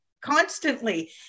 constantly